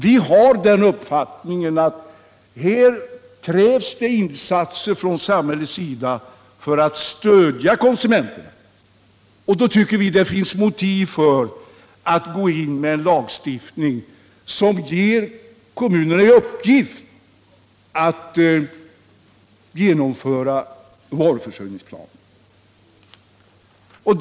Vi har den uppfattningen att här krävs det insatser från samhällets sida för att stödja konsumenterna, och då tycker vi det finns motiv för att gå in med en lagstiftning som ger kommunerna i uppgift att genomföra varuförsörjningsplaner.